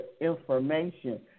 information